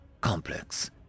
complex